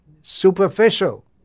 superficial